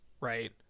right